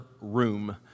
room